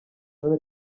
none